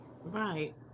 Right